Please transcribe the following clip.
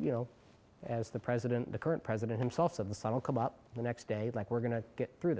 you know as the president the current president himself of the sun will come up the next day like we're going to get through